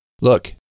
Look